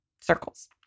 circles